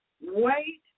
wait